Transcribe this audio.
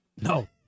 No